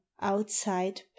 outside